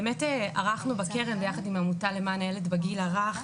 באמת ערכנו בקרן ביחד עם העמותה למען הילד בגיל הרך,